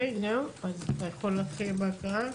אתה יכול להתחיל בהקראה?